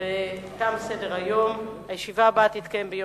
והגנת הסביבה נתקבלה.